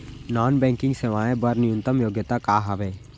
Non banking सेवाएं बर न्यूनतम योग्यता का हावे?